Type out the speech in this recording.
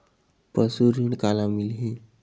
पशु ऋण काला मिलही?